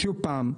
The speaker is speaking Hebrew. שוב פעם,